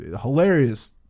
Hilarious